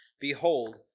behold